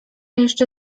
jeszcze